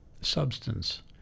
substance